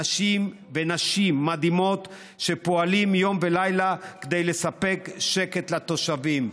אנשים ונשים מדהימים שפועלים יום ולילה כדי לספק שקט לתושבים.